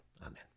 Amen